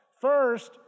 First